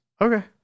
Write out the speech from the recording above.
Okay